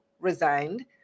resigned